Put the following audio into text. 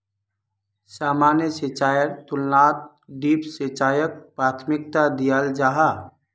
सामान्य सिंचाईर तुलनात ड्रिप सिंचाईक प्राथमिकता दियाल जाहा